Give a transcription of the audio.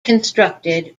constructed